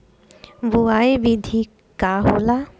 बुआई विधि का होला?